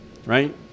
right